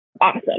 awesome